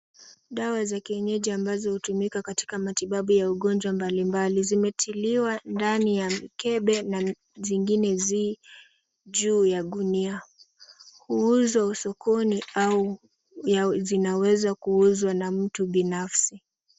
Dawa za kienyeji ambazo hutumika katika matibabu ya ugonjwa mbalimbali zimetiliwa ndani ya mikebe na zingine zii juu ya gunia. Huuzwa sokoni au zinaweza kuuzwa na mtu binafsi.